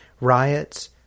riots